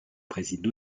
préside